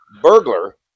burglar